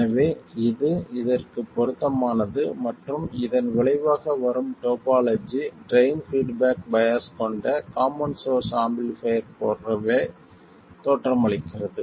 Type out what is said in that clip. எனவே இது இதற்குப் பொருத்தமானது மற்றும் இதன் விளைவாக வரும் டோபோலஜி ட்ரைன் பீட்பேக் பையாஸ் கொண்ட காமன் சோர்ஸ் ஆம்பிளிஃபைர் போலவே தோற்றமளிக்கிறது